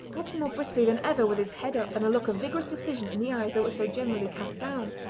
walking more briskly than ever with his head up and a look of vigorous decision in the eyes that were so generally cast down.